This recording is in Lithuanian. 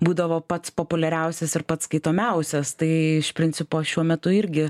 būdavo pats populiariausias ir pats skaitomiausias tai iš principo šiuo metu irgi